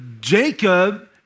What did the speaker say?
Jacob